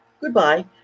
Goodbye